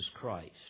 Christ